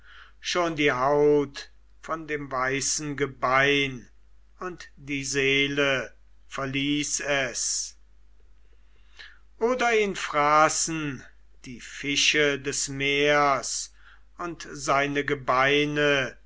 schon die haut von dem weißen gebein und die seele verließ es oder ihn fraßen die fische des meers und seine gebeine